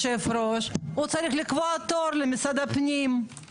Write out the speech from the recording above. לא צריך לשאול מי נמנע?